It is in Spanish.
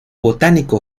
botánico